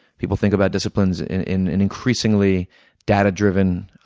people think about disciplines in an increasingly data-driven